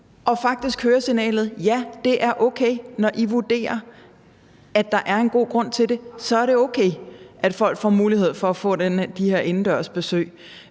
med faktisk at høre signalet: Ja, det er okay, når I vurderer, at der er en god grund til det; så er det okay, at folk får mulighed for at få de her indendørs besøg.